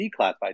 declassified